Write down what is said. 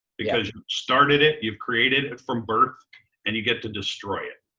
because you've started it, you've created it from birth and you get to destroy it.